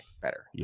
better